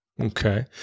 Okay